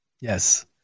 Yes